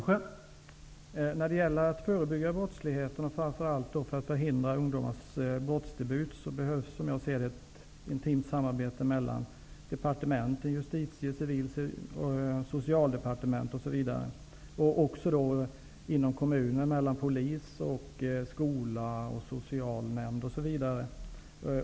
Herr talman! För att förebygga brottslighet, framför allt när det gäller att förhindra ungdomars brottsdebut, behövs det ett intimt samarbete mellan exempelvis Justitie , Civil Socialdepartementen. Detta intima samarbete behövs även i kommunerna inom områden som polis, skola, Socialnämnd, osv.